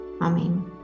amen